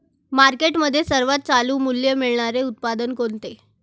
मार्केटमध्ये सर्वात चालू मूल्य मिळणारे उत्पादन कोणते?